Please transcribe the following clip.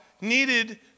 needed